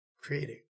creating